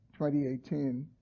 2018